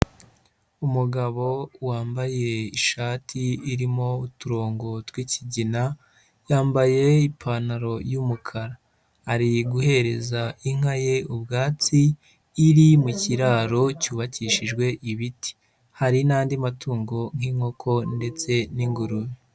Umugabo wambaye ishati irimo uturongo tw'ikigina, yambaye ipantaro y'umukara ari guhereza inka ye ubwatsi iri mu kiraro cyubakishijwe ibiti, hari n'andi matungo nk'inkoko ndetse n'ingurube.